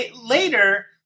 Later